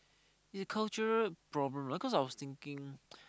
ya is it cultural problem because I was thinking